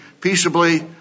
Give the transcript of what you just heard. peaceably